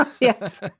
Yes